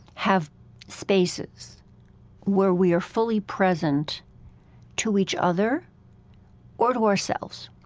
have spaces where we are fully present to each other or to ourselves,